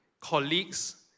colleagues